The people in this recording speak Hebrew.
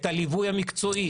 את הליווי המקצועי.